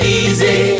easy